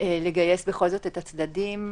לגייס את הצדדים.